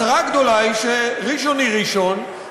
הצרה הגדולה היא שראשון היא ראשון,